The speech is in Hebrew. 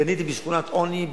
קניתי בשכונת עוני,